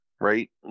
Right